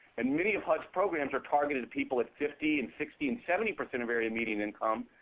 and many of hud's programs are targeted at people at fifty, and sixty, and seventy percent of area median income.